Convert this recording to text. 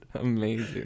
amazing